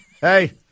Hey